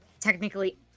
technically